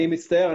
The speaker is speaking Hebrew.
אני מצטער.